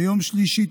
ביום שלישי,